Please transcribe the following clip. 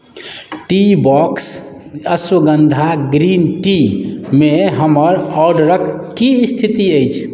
Teabox ashwagandha green टीमे हमर ऑर्डरक की स्थिति अछि